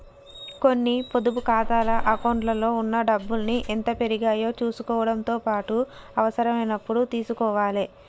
కొన్ని పొదుపు ఖాతాల అకౌంట్లలో ఉన్న డబ్బుల్ని ఎంత పెరిగాయో చుసుకోవడంతో పాటుగా అవసరమైనప్పుడు తీసుకోవాలే